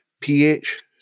pH